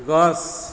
গছ